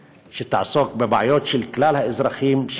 שתעסוק בכלל הבעיות של כלל האזרחים,